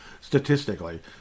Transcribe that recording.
statistically